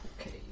Okay